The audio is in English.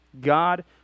God